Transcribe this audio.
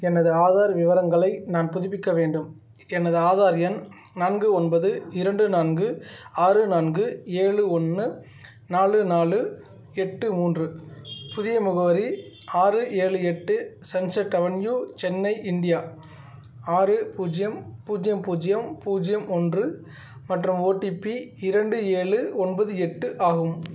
எனது ஆதார் விவரங்களை நான் புதுப்பிக்க வேண்டும் எனது ஆதார் எண் நான்கு ஒன்பது இரண்டு நான்கு ஆறு நான்கு ஏழு ஒன்று நாலு நாலு எட்டு மூன்று புதிய முகவரி ஆறு ஏழு எட்டு சன்செட் அவென்யூ சென்னை இந்தியா ஆறு பூஜ்ஜியம் பூஜ்ஜியம் பூஜ்ஜியம் பூஜ்ஜியம் ஒன்று மற்றும் ஓடிபி இரண்டு ஏழு ஒன்பது எட்டு ஆகும்